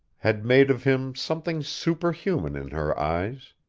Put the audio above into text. had made of him something superhuman in her eyes.